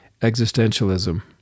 existentialism